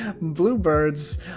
bluebirds